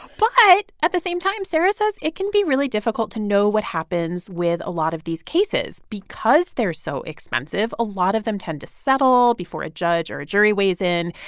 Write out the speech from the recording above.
but at the same time, sarah says it can be really difficult to know what happens with a lot of these cases. because they're so expensive, a lot of them tend to settle before a judge or jury weighs in.